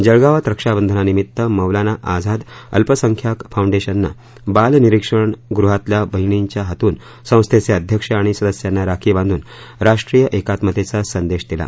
जळगावात रक्षाबंधनानिमित्त मौलाना आझाद अल्पसंख्याक फाऊंडेशननं बाल निरीक्षण गृहातल्या बहिणीच्या हातून संस्थेचे अध्यक्ष आणि सदस्यांना राखी बांधून राष्ट्रीय एकात्मतेचा संदेश दिला